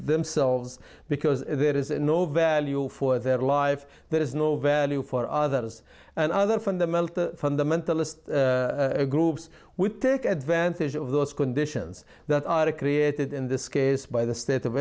themselves because there is no value for their life there is no value for others and other fundamental to the mentalist groups would take advantage of those conditions that arctic related in this case by the state of